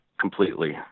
completely